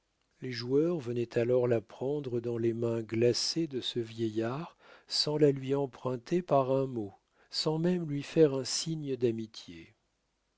les joueurs venaient alors la prendre dans les mains glacées de ce vieillard sans la lui emprunter par un mot sans même lui faire un signe d'amitié